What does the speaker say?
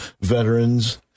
Veterans